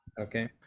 Okay